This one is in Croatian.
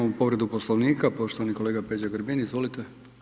Imamo povredu Poslovnika, poštovani kolega Peđa Grbin, izvolite.